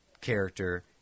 character